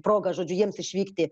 proga žodžiu jiems išvykti